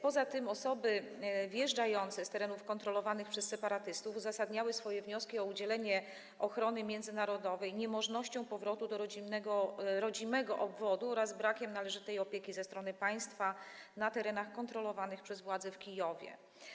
Poza tym osoby przyjeżdżające z terenów kontrolowanych przez separatystów uzasadniały swoje wnioski o udzielenie ochrony międzynarodowej niemożnością powrotu do rodzimego obwodu oraz brakiem należytej opieki ze strony państwa na terenach kontrolowanych przez władze w Kijowie.